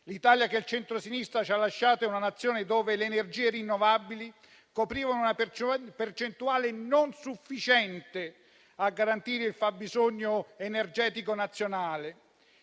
L'Italia che il centrosinistra ci ha lasciato è una Nazione in cui le energie rinnovabili coprivano una percentuale non sufficiente a garantire il fabbisogno energetico nazionale.